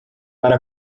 para